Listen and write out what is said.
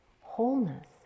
wholeness